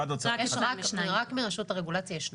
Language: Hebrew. רק מרשות הרגולציה יש שניים.